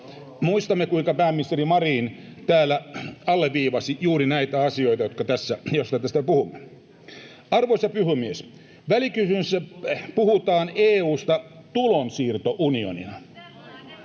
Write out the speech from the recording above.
Muistamme, kuinka pääministeri Marin täällä alleviivasi juuri näitä asioita, joista tässä puhumme. Arvoisa puhemies! Välikysymyksessä puhutaan EU:sta tulonsiirtounionina.